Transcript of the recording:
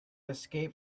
escape